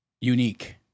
unique